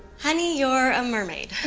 honey, you're a mermaid.